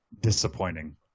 disappointing